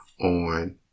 on